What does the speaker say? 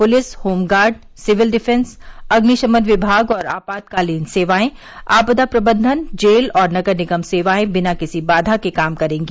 प्रलिस home guard civil defence अग्निशमन विभाग और आपातकालीन सेवाएं आपदा प्रबंधन जेल और नगर निगम सेवाएं बिना किसी बाधा के काम करेंगी